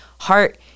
Heart